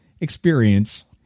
experience